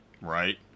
right